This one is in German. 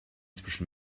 zwischen